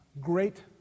Great